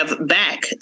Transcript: back